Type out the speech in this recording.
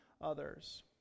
others